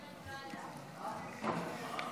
סעיפים 1